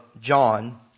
John